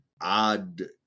odd